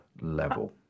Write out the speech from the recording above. level